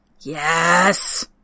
Yes